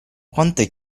quante